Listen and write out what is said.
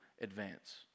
advance